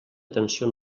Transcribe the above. atenció